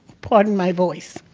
pardon my voice.